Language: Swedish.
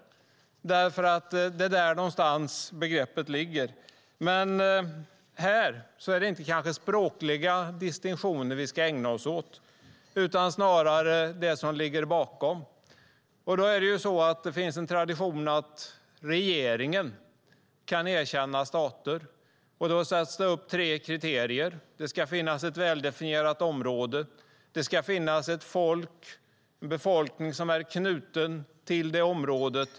Det är någonstans där begreppet ligger. Men här är det kanske inte språkliga distinktioner vi ska ägna oss åt, utan snarare det som ligger bakom. Det finns en tradition av att regeringen kan erkänna stater. Då sätts tre kriterier upp: Det ska finnas ett väldefinierat område. Det ska finnas ett folk - en befolkning som är knuten till området.